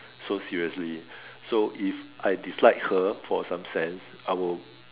so seriously so if I dislike her for some sense I will